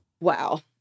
Wow